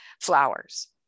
flowers